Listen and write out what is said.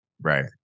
Right